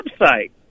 website